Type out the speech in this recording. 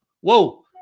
whoa